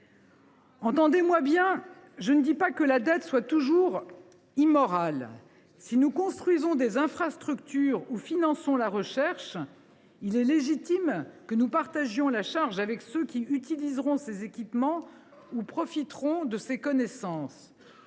Entendez moi bien : je ne dis pas que la dette est toujours immorale. Si nous construisons des infrastructures ou finançons la recherche, il est légitime que nous partagions la charge avec ceux qui utiliseront ces équipements ou profiteront de ces connaissances.